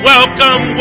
Welcome